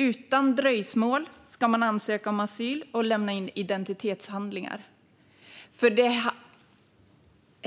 Utan dröjsmål ska man ansöka om asyl och lämna in identitetshandlingar. Det